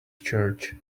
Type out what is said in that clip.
church